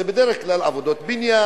זה בדרך כלל עבודות בניין,